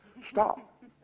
stop